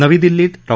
नवी दिल्लीत डॉ